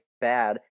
bad